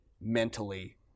mentally